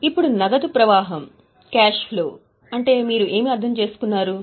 ఇప్పుడు నగదు ప్రవాహం క్యాష్ ఫ్లో అంటే మీరు ఏమి అర్థం చేసుకుంటారు